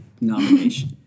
nomination